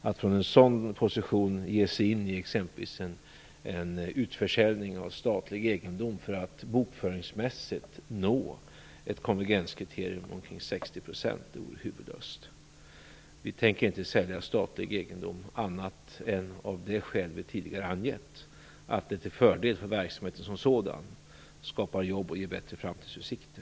Att från en sådan position ge sig in i en utförsäljning av statlig egendom för att bokföringsmässigt nå upp till konvergenskriteriet 60 % vore huvudlöst. Vi tänker inte sälja statlig egendom annat än av det skäl som vi tidigare angett, nämligen när det är till fördel för verksamheten som sådan och om det skapar jobb och bättre framtidsutsikter.